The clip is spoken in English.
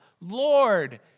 Lord